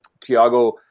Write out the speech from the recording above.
Tiago